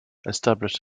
established